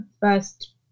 first